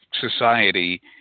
society